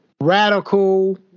radical